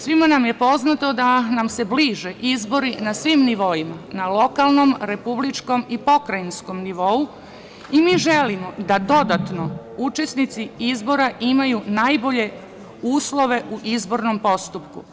Svima nam je poznato da nam se bliže izbori na svim nivoima, na lokalnom, na republičkom i pokrajinskom nivou i mi želimo da dodatno učesnici izbora imaju najbolje uslove u izbornom postupku.